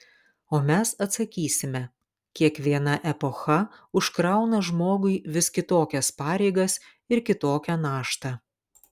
o mes atsakysime kiekviena epocha užkrauna žmogui vis kitokias pareigas ir kitokią naštą